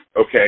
Okay